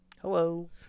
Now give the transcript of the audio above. Hello